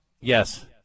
Yes